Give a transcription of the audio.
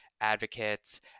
advocates